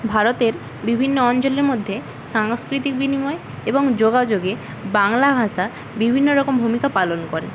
ভারতের বিভিন্ন অঞ্চলের মধ্যে সাংস্কৃতিক বিনিময় এবং যোগাযোগে বাংলা ভাষা বিভিন্ন রকম ভূমিকা পালন করে